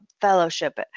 fellowship